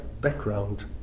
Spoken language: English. background